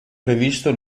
previsto